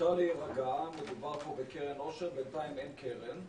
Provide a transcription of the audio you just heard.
אפשר להירגע, כי בינתיים אין קרן,